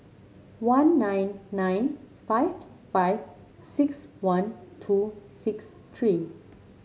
one nine nine five five six one two six three